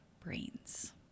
brains